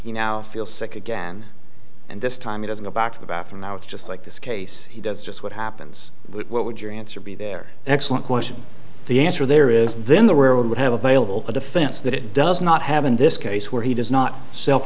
he now feel sick again and this time he doesn't go back to the bathroom now it's just like this case he does just what happens what would your answer be there excellent question the answer there is then the world would have available a defense that it does not have in this case where he does not self